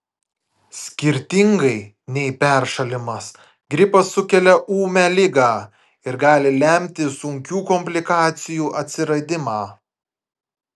skirtingai nei peršalimas gripas sukelia ūmią ligą ir gali lemti sunkių komplikacijų atsiradimą